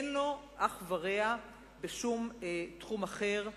אין לו אח ורע בשום תחום אחר.